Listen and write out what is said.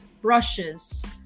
brushes